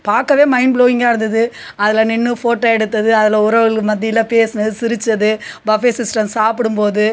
பார்க்கவே மைண்ட் ப்ளோயிங்கா இருந்தது அதில் நின்று ஃபோட்டோ எடுத்தது அதில் உறவுகள் மத்தியில் பேசுனது சிரிச்சது பஃபே சிஸ்டம் சாப்புடும்போது